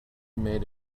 made